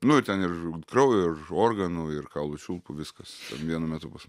nu ir ten ir kraujo ir organų ir kaulų čiulpų viskas vienu metu pas